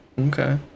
okay